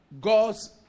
God's